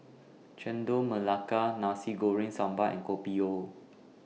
Chendol Melaka Nasi Goreng Sambal and Kopi O